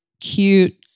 cute